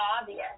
obvious